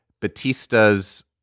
Batista's